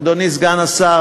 אדוני סגן השר,